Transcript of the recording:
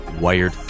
wired